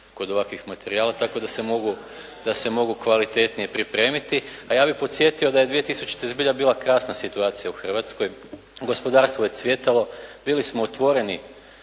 kod ovakvih materijala, tako da se mogu kvalitetnije pripremiti. A ja bih podsjetio da je 2000. zbilja bila krasna situacija u Hrvatskoj, gospodarstvo je cvjetalo, bili smo otvoreni